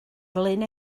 glyn